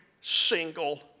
single